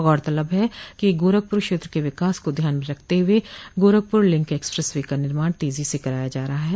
गौरतलब है कि गोरखपुर क्षेत्र के विकास को ध्यान में रखते हुए गोरखपुर लिंक एक्सप्रेस वे का निर्माण तेजी से कराया जा रहा है